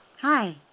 Hi